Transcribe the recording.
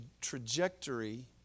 trajectory